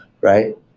Right